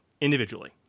individually